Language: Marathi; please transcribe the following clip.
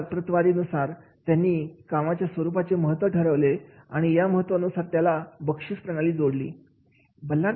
या प्रतवारीनुसार त्यांनी कामाच्या स्वरूपाचे महत्त्व ठरवले आणि या महत्त्वानुसार त्याला बक्षीस प्रणाली जोडली